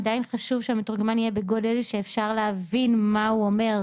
עדיין חשוב שהמתורגמן יהיה בגודל שאפשר להבין מה הוא אומר,